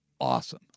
awesome